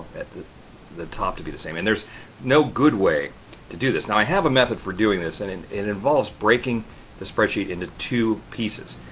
at the the top to be the same. and there's no good way to do this. now i have a method for doing this and and it involves breaking the spreadsheet into two pieces.